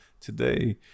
today